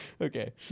Okay